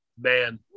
man